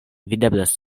videblas